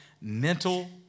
Mental